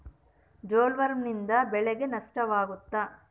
ಬೊಲ್ವರ್ಮ್ನಿಂದ ಬೆಳೆಗೆ ನಷ್ಟವಾಗುತ್ತ?